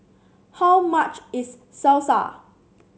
how much is Salsa